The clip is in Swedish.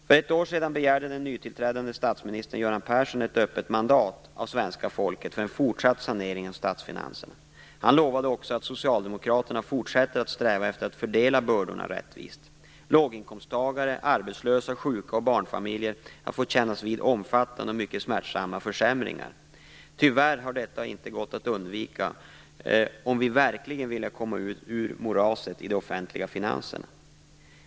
För ett år sedan begärde den nytillträdande statsministern Göran Persson ett öppet mandat av svenska folket för en fortsatt sanering av statsfinanserna. Han lovade också att Socialdemokraterna fortsätter att sträva efter att fördela bördorna rättvist. Låginkomsttagare, arbetslösa, sjuka och barnfamiljer har fått kännas vid omfattande och mycket smärtsamma försämringar. Tyvärr har detta inte gått att undvika om vi verkligen ville komma ur moraset i de offentliga finanserna.